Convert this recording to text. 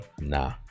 nah